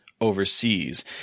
overseas